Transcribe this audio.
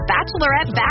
Bachelorette